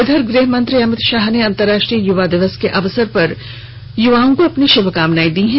इधर गृहमंत्री अमित शाह ने अन्तर्राष्ट्रीय युवा दिवस के अवसर पर अपनी श्भकामनाएं दी हैं